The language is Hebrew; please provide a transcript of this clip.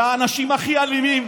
זה האנשים הכי אלימים.